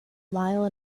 mile